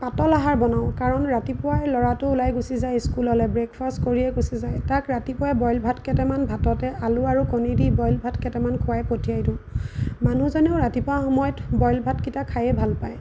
পাতল আহাৰ বনাওঁ কাৰণ ৰাতিপুৱাই ল'ৰাটো ওলাই গুচি যায় স্কুললৈ ব্ৰেকফাষ্ট কৰিয়েই গুচি যায় তাক ৰাতিপুৱাই বইল ভাত কেইটামান ভাততে আলু আৰু কণী দি বইল ভাত কেইটামান খুৱাই পঠিয়াই দিওঁ মানুহজনেও ৰাতিপুৱা সময়ত বইল ভাতকেইটা খায়েই ভাল পায়